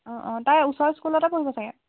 অঁ অঁ তাই ওচৰৰ স্কুলতে পঢ়িব চাগে